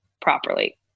properly